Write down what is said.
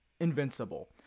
invincible